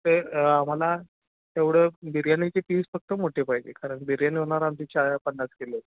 ते आम्हाला तेवढं बिर्याणीचे पीस फक्त मोठे पाहिजे कारण बिर्याणी होणार आमची चा पन्नास किलो